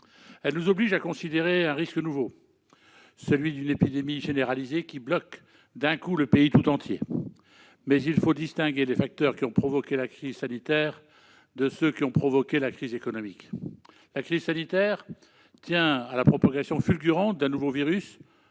Elle nous oblige à considérer un risque nouveau, celui d'une épidémie généralisée, qui bloque d'un coup le pays tout entier. Mais il faut distinguer les facteurs qui ont provoqué la crise sanitaire de ceux qui ont provoqué la crise économique. La crise sanitaire tient à la propagation fulgurante d'un nouveau virus